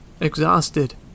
Exhausted